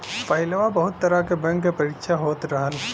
पहिलवा बहुत तरह के बैंक के परीक्षा होत रहल